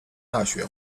大学